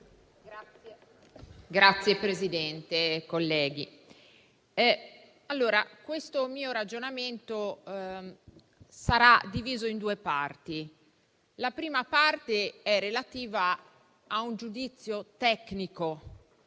Signora Presidente, colleghi, il mio ragionamento sarà diviso in due parti. La prima parte è relativa a un giudizio tecnico